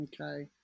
Okay